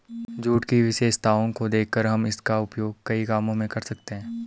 jute की विशेषताओं को देखकर हम इसका उपयोग कई कामों में कर सकते हैं